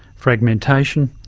fragmentation,